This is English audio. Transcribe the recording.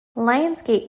lionsgate